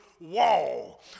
wall